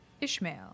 Ishmael